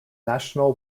national